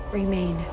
remain